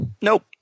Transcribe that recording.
Nope